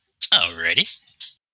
Alrighty